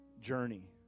journey